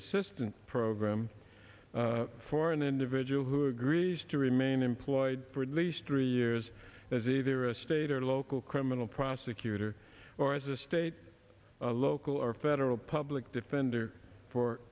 assistance program for an individual who agrees to remain employed for at least three years as either a state or local criminal prosecutor or as a state local or federal public defender for